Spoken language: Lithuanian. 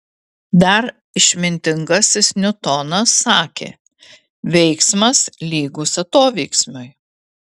dar išmintingasis niutonas sakė veiksmas lygus atoveiksmiui